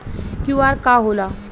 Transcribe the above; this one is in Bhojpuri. क्यू.आर का होला?